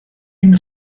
ими